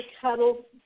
cuddle